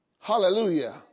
Hallelujah